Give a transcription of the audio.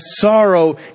sorrow